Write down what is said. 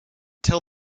tell